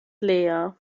lea